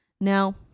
Now